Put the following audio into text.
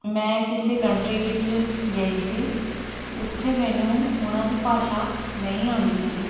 ਮੈਂ ਕਿਸੇ ਕੰਟਰੀ ਵਿੱਚ ਗਈ ਸੀ ਉੱਥੇ ਮੈਨੂੰ ਉਹਨਾਂ ਦੀ ਭਾਸ਼ਾ ਨਹੀਂ ਆਉਂਦੀ ਸੀ